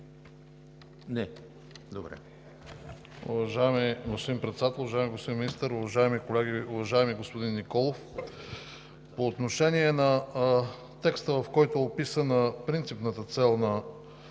България): Уважаеми господин Председател, уважаеми господин Министър, уважаеми колеги! Уважаеми господин Николов, по отношение на текста, в който е описана принципната цел на